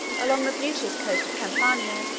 along the beauteous coast of campania.